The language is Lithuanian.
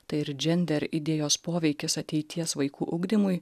tai ir džender idėjos poveikis ateities vaikų ugdymui